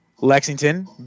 Lexington